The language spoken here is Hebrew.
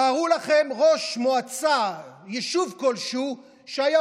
תארו לכם ראש מועצה ביישוב כלשהו שהיה